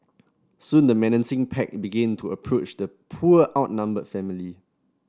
soon the menacing pack began to approach the poor outnumbered family